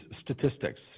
statistics